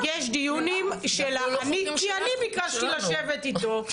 יש דיונים כי אני ביקשתי לשבת איתו,